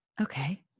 Okay